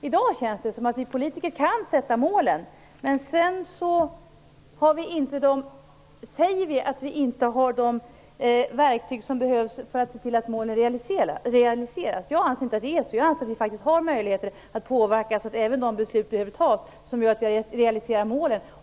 I dag känns det som att vi politiker kan sätta upp målen, men sedan säger vi att vi inte har de verktyg som behövs för att se till att målen realiseras. Jag anser dock inte att det är så, utan jag anser att vi faktiskt har möjligheter att påverka så att även de beslut behöver tas som gör att vi realiserar målen.